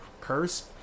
curse